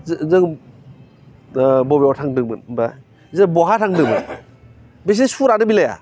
जो जों बबेयाव थांदोंमोन होमबा जों बहा थांदोंमोन बिसोर सुरानो मिलाया